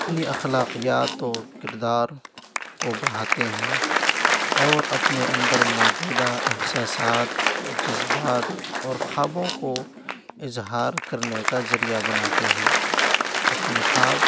اپنی اخلاقیات و کردار کو بڑھاتے ہیں اور اپنے اندرموجودہ احساسات جذبات اور خوابوں کو اظہار کرنے کا ذریعہ بناتے ہیں اپنے خواب